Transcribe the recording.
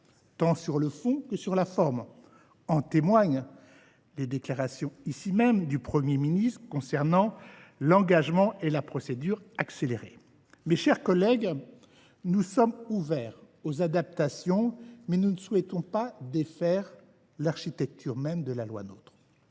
tant sur le fond que sur la forme. En témoignent les déclarations récentes, faites ici même, du Premier ministre et l’engagement de la procédure accélérée. Mes chers collègues, nous sommes ouverts aux adaptations, mais nous ne souhaitons pas défaire l’architecture de la loi NOTRe.